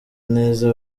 neza